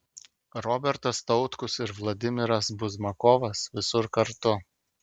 robertas tautkus ir vladimiras buzmakovas visur kartu